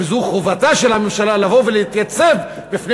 וזו חובתה של הממשלה לבוא ולהתייצב בפני